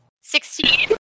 Sixteen